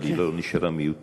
אבל היא לא נשארה מיותמת,